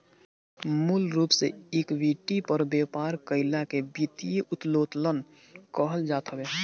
मूल रूप से इक्विटी पर व्यापार कईला के वित्तीय उत्तोलन कहल जात हवे